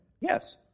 Yes